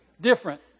Different